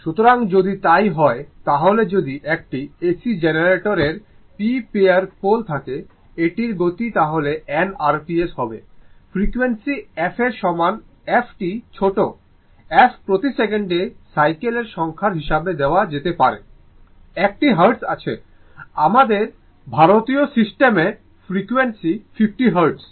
সুতরাং যদি তাই হয় তাহলে যদি একটি AC জেনারেটর এর p পেয়ার পোল থাকে এটির গতি তাহলে n rps হবে ফ্রিকোয়েন্সি f এর সমান f টি ছোট f প্রতি সেকেন্ডে সাইকেল এর সংখ্যা হিসাবে দেওয়া যেতে পারে একটি হার্টজ আছে আমাদের ভারতীয় সিস্টেমে ফ্রিকোয়েন্সি 50 হার্টজ